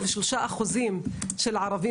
שלושה חודשים,